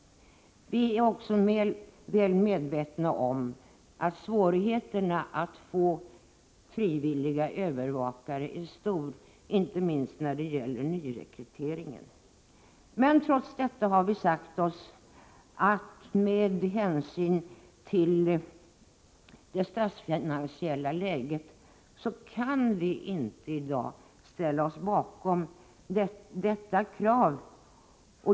Vi är också väl medvetna om att svårigheterna att få frivilliga övervakare är stora, inte minst när det gäller nyrekryteringen. Men trots detta har vi sagt oss att med hänsyn till det statsfinansiella läget kan vi inte i dag ställa oss bakom detta krav.